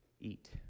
eat